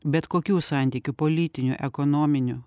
bet kokių santykių politinių ekonominių